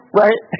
right